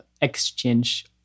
Exchange